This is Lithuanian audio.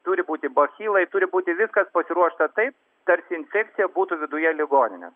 turi būti bochilai turi būti viskas pasiruošta taip tarsi infekcija būtų viduje ligoninės